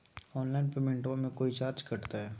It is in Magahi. ऑनलाइन पेमेंटबां मे कोइ चार्ज कटते?